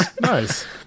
Nice